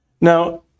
now